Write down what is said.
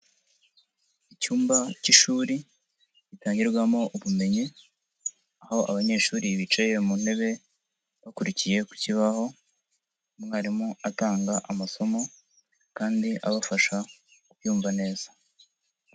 Icyumba cy'ishuri gitangirwamo ubumenyi, aho abanyeshuri bicaye mu ntebe bakurikiye ku kibaho, umwarimu atanga amasomo kandi abafasha kubyumva neza.